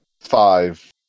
five